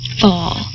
fall